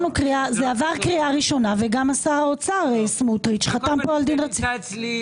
עבר קריאה ראשונה וגם שר האוצר סמוטריץ' חתם על דין רציפות.